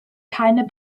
keine